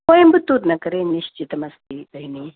कोयम्बत्तूर् नगरे निश्चितमस्ति भगिनि